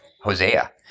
Hosea